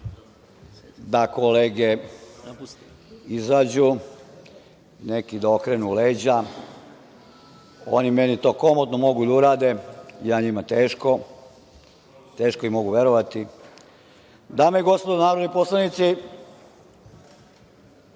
da kolege izađu, neki da okrenu leđa. Oni meni to komotno mogu da urade, ja njima teško, teško im mogu verovati. Dame i gospodo narodni poslanici,